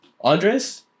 Andres